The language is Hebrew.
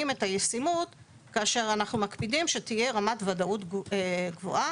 את הישימות כאשר אנחנו מקפידים שתהיה רמת ודאות גבוהה